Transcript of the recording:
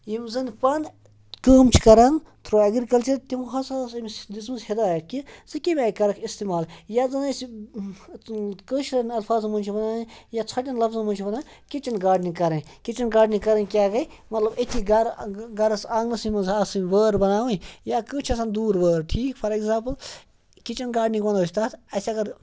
یِم زَن پانہٕ کٲم چھِ کَران تھروٗ ایٚگرِکَلچَر تِم ہَسا ٲس أمِس دِژمٕژ ہِدایَت کہِ ژٕ کمہِ آیہِ کَرَکھ اِستعمال یَتھ زَن أسۍ کٲشرٮ۪ن اَلفاظن منٛز چھِ وَنان یا ژھۄٹٮ۪ن لفظَن منٛز چھِ وَنان کِچَن گاڈنِنٛگ کَرٕنۍ کِچَن گاڈنِنٛگ کَرٕنۍ کیٛاہ گٔے مطلب أتھی گَرٕ گَرَس آنٛگنَسٕے منٛز آسٕنۍ وٲر بَناوٕنۍ یا کٲنٛسہِ چھِ آسان دوٗر وٲر ٹھیٖک فار ایٚگزامپٕل کِچَن گاڈنِنٛگ وَنو أسۍ تَتھ اَسہِ اگر